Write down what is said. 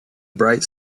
bright